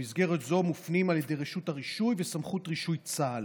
במסגרת זו מופנים על ידי רשות הרישוי וסמכות רישוי צה"ל,